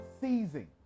seizing